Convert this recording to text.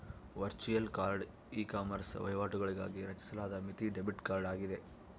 virtual card ecommerce ವಹಿವಾಟುಗಳಿಗಾಗಿ ರಚಿಸಲಾದ ಮಿತಿ ಡೆಬಿಟ್ ಕಾರ್ಡ್ ಆಗಿದೆ